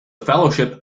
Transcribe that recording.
fellowship